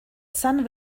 sun